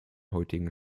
heutigen